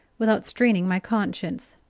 without straining my conscience.